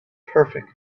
perfect